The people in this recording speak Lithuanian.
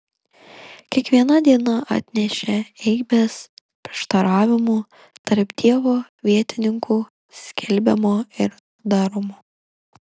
kiekviena diena atnešė eibes prieštaravimų tarp dievo vietininkų skelbiamo ir daromo